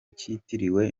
cyitiriwe